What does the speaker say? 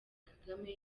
kagame